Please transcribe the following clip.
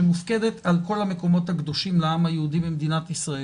שמופקדת על כל המקומות הקדושים לעם היהודי במדינת ישראל,